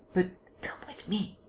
but. come with me.